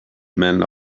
men